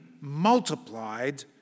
multiplied